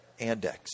Andex